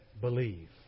believe